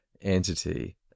entity